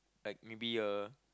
like maybe a